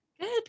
Good